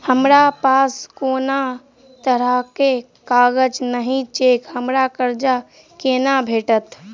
हमरा पास कोनो तरहक कागज नहि छैक हमरा कर्जा कोना भेटत?